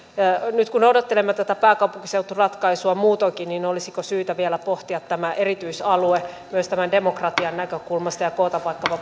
nyt kun odottelemme tätä pääkaupunkiseuturatkaisua muutoinkin niin olisiko syytä vielä pohtia tämä erityisalue myös demokratian näkökulmasta ja koota vaikkapa